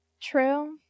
True